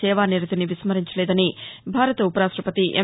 సేవా నిరతిని విస్మరించలేదని భారత ఉపరాష్టపతి ఎం